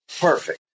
Perfect